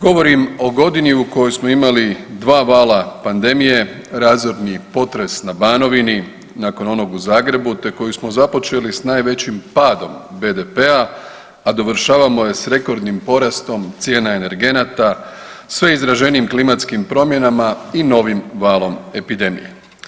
Govorim o godini u kojoj smo imali 2 vala pandemije, razorni potres na Banovini nakon onog u Zagrebu te koju smo započeli sa najvećim padom BDP-a, a dovršavamo je s rekordnim porastom cijena energenata, sve izraženijim klimatskim promjenama i novim valom epidemije.